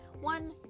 one